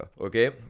okay